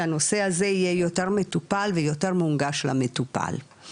שהנושא הזה יהיה יותר מטופל ויותר מונגש למטופל.